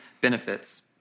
benefits